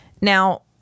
Now